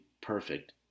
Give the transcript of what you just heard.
perfect